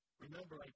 Remember